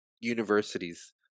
universities